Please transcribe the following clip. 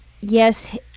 yes